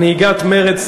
מנהיגת מרצ,